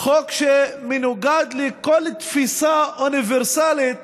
חוק שמנוגד לכל תפיסה אוניברסלית